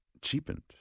cheapened